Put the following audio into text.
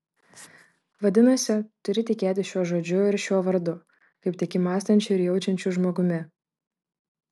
vadinasi turi tikėti šiuo žodžiu ir šiuo vardu kaip tiki mąstančiu ir jaučiančiu žmogumi